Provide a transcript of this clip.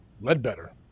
Ledbetter